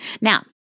Now